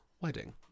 wedding